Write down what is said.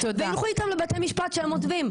ויילכו איתם לבתי-משפט שהם עוזבים.